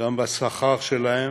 שגם בשכר שלהם,